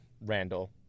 Randall